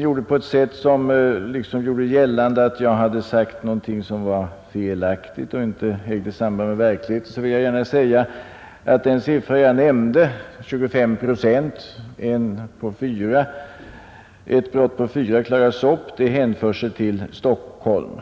gjorde det på ett sätt som om han ville göra gällande att jag hade sagt någonting som var felaktigt och inte ägde samband med verkligheten, vill jag gärna säga att den siffra jag nämnde — 25 procent, alltså ett brott av fyra klaras upp — hänför sig till Stockholm.